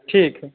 ठीक है